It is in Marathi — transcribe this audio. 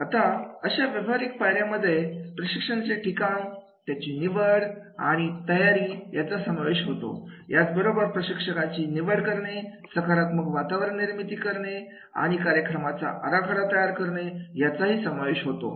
आता अशा व्यवहारिक पायऱ्या मध्ये प्रशिक्षणाचे ठिकाण त्याची निवड आणि तयारी याचा समावेश होतो याच बरोबर प्रशिक्षकाची निवड करणे सकारात्मक वातावरण निर्मिती करणे आणि कार्यक्रमाचा आराखडा तयार करणे याचाही समावेश होतो